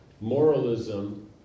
moralism